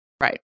Right